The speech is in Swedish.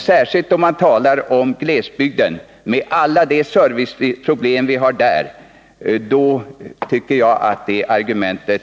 Särskilt när man talar om glesbygden, med alla de serviceproblem vi har där, tycker jag att det